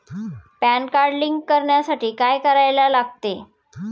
Pan card link करण्यासाठी काय करायला लागते?